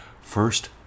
First